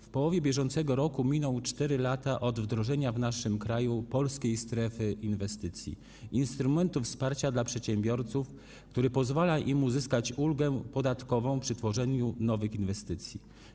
W połowie br. miną 4 lata od wdrożenia w naszym kraju Polskiej Strefy Inwestycji - instrumentu wsparcia dla przedsiębiorców, który pozwala im uzyskać ulgę podatkową przy tworzeniu nowych inwestycji.